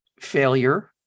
failure